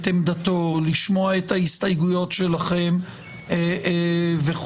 עמדתו או לשמוע את ההסתייגויות שלכם וכו'?